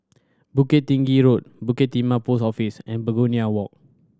Bukit Tinggi Road Bukit Timah Post Office and Begonia Walk